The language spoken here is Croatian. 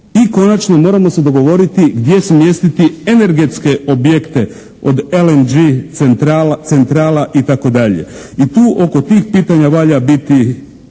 I konačno, moramo se dogovoriti gdje smjestiti energetske objekte od LMG centrala itd. I tu oko tih pitanja valja biti